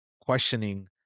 questioning